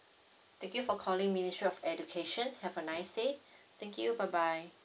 thank you for calling ministry of education have a nice day thank you bye bye